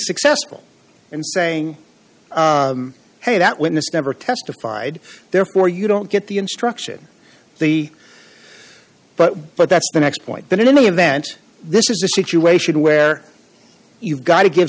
successful and saying hey that witness never testified therefore you don't get the instruction the but but that's the next point that in any event this is a situation where you've got to give